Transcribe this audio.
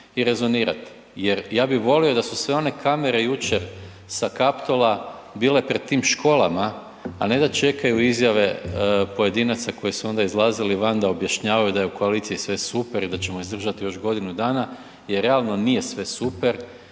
i rezonirati. Jer ja bih volio da su sve one kamere jučer sa Kaptola bile pred tim školama, a ne da čekaju izjave pojedinaca koje su onda izlazili van da objašnjavaju da je u koaliciji sve super i da ćemo izdržati još godinu dana. Jer realno nije sve super